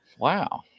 Wow